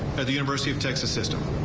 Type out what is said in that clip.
at the university of texas system.